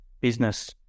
business